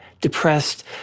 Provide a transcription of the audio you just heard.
depressed